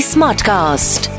Smartcast